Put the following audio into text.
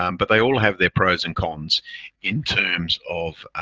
um but they all have their pros and cons in terms of